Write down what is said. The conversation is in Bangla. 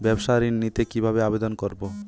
ব্যাবসা ঋণ নিতে কিভাবে আবেদন করব?